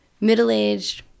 middle-aged